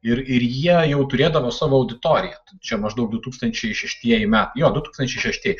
ir ir jie jau turėdavo savo auditoriją čia maždaug du tūkstančiai šeštieji metai jo du tūkstančiai šeštieji